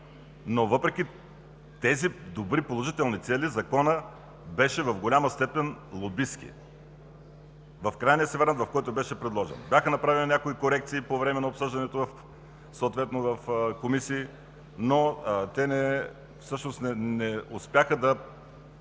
Въпреки тези добри, положителни цели, Законът беше в голяма степен лобистки в крайния си вариант, в който беше предложен. Бяха направени някои корекции по време на обсъждането, съответно в комисиите, но те не успяха да